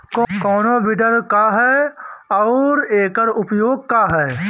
कोनो विडर का ह अउर एकर उपयोग का ह?